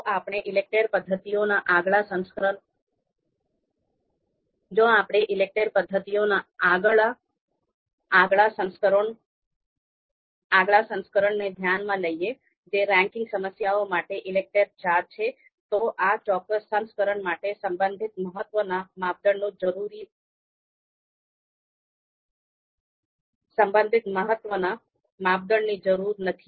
જો આપણે ઈલેકટેર પદ્ધતિઓના આગલા સંસ્કરણને ધ્યાનમાં લઈએ જે રેન્કિંગ સમસ્યાઓ માટે ઈલેકટેર IV છે તો આ ચોક્કસ સંસ્કરણ માટે સંબંધિત મહત્વના માપદંડની જરૂર નથી